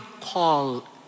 call